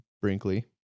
Brinkley